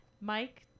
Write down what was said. Mike